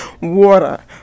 water